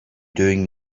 doing